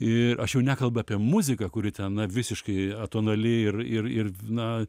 ir aš jau nekalbu apie muziką kuri ten na visiškai atonali ir ir ir na